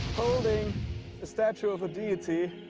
holding a statue of a deity,